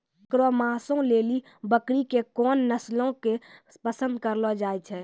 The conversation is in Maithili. एकरो मांसो लेली बकरी के कोन नस्लो के पसंद करलो जाय छै?